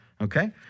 okay